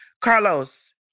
Carlos